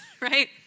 right